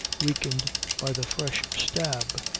weakened by the fresh stab,